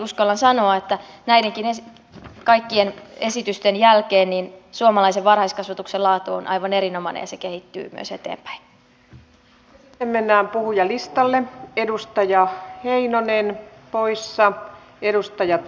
uskallan sanoa että näidenkin kaikkien esitysten jälkeen suomalaisen varhaiskasvatuksen laatu on aivan erinomainen ja se kehittyy myös eteenpäin